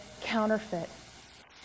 counterfeit